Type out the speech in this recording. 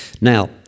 Now